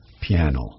piano